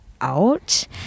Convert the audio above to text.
out